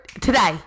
today